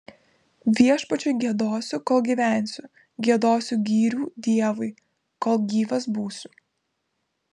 viešpačiui giedosiu kol gyvensiu giedosiu gyrių dievui kol gyvas būsiu